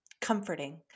comforting